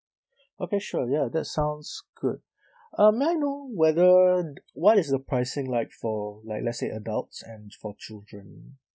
okay sure ya that sounds good uh may I know whether what is the pricing like for like let's say adults and for children